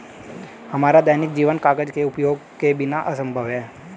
हमारा दैनिक जीवन कागज के उपयोग के बिना असंभव है